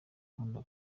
nkunda